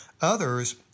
Others